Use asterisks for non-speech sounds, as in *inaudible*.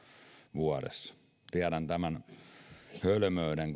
vuodessa tiedän koko tämän järjestelmän hölmöyden *unintelligible*